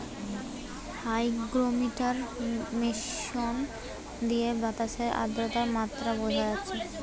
hygrometer machine দিয়ে বাতাসের আদ্রতার মাত্রা বুঝা যাচ্ছে